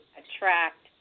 attract